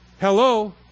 Hello